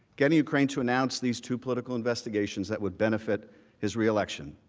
getting ukraine to announce these two political investigations that would benefit his reelection.